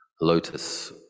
lotus